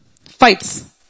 fights